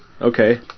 Okay